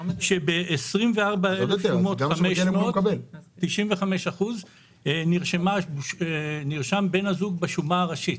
ב-24,500 שומות, 95% נרשם בן הזוג בשומה הראשית,